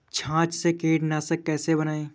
छाछ से कीटनाशक कैसे बनाएँ?